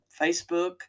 Facebook